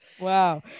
Wow